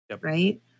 right